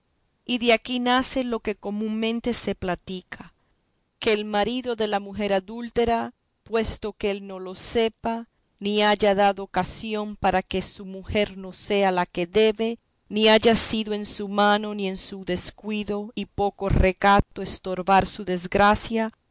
y de aquí nace lo que comúnmente se platica que el marido de la mujer adúltera puesto que él no lo sepa ni haya dado ocasión para que su mujer no sea la que debe ni haya sido en su mano ni en su descuido y poco recato estorbar su desgracia